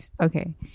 okay